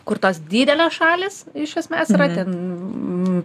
kur tos didelės šalys iš esmės yra ten